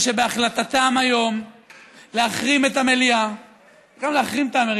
שבהחלטתם היום להחרים את המליאה,